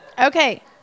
Okay